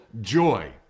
joy